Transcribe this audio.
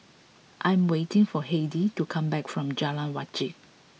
I am waiting for Heidy to come back from Jalan Wajek